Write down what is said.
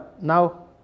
now